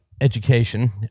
education